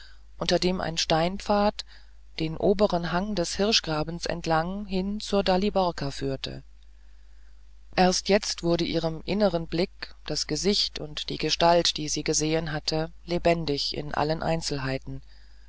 unter dem ein seitenpfad den oberen hang des hirschengrabens entlang hin zur daliborka führte jetzt erst wurde ihrem inneren blick das gesicht und die gestalt die sie gesehen hatte lebendig in allen einzelheiten